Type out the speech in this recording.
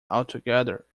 altogether